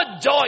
joy